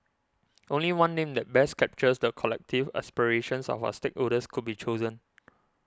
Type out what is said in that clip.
only one name that best captures the collective aspirations of our stakeholders could be chosen